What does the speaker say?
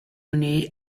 unì